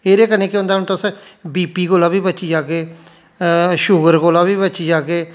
एह्दे कन्नै केह् होंदा हून तुस बी पी कोला बी बची जाह्गे शुगर कोला बी बची जाह्गे